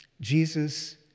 Jesus